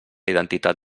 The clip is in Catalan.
identitat